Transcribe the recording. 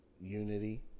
unity